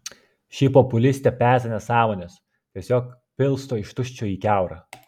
ši populistė peza nesąmones tiesiog pilsto iš tuščio į kiaurą